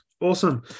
Awesome